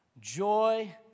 joy